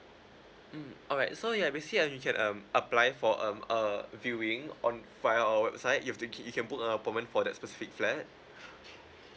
mm alright so ya basically uh you can um apply for um a viewing on via our website you've to key you can book a appointment for that specific flat